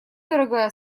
дорогая